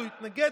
זה להתסיס,